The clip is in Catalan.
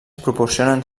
proporcionen